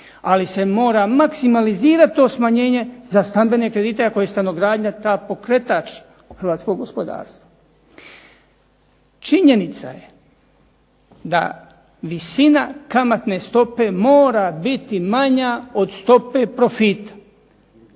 ali se mora maksimalizirati to smanjenje za stambene kredite ako je stanogradnja ta pokretač hrvatskog gospodarstva. Činjenica je da visina kamatne stope mora biti manja od stope profita.